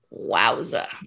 Wowza